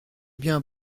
bien